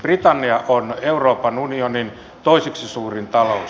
britannia on euroopan unionin toiseksi suurin talous